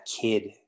kid